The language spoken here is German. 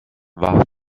war